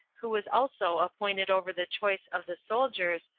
who was also appointed over the choice of the soldiers,